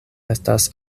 estas